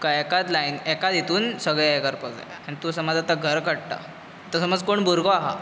तुका एकाच लायन एकाच हातूंत सगळें हें करपाक जाय आनी तूं समाज आतां घर काडटा आतां समज जर कोण भुरगो आसा